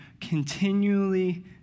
continually